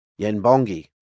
Yenbongi